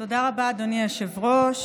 תודה רבה, אדוני היושב-ראש.